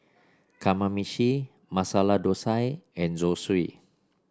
Kamameshi Masala Dosa and Zosui